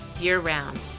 year-round